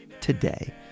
today